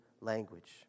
language